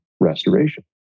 restoration